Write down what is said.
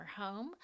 home